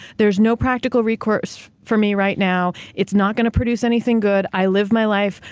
there's no practical recourse for me right now. it's not going to produce anything good. i live my life.